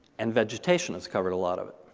and vegetation has covered a lot of it.